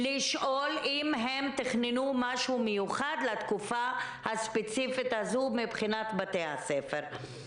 לשאול אם הם תכננו משהו מיוחד לתקופה הספציפית הזאת מבחינת בתי הספר.